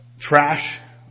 trash